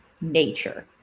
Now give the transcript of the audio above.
nature